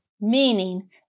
meaning